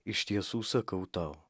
iš tiesų sakau tau